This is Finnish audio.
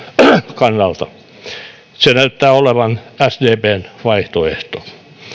kannalta se näyttää olevan sdpn vaihtoehto